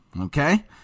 okay